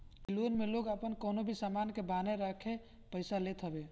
इ लोन में लोग आपन कवनो भी सामान के बान्हे रखके पईसा लेत हवे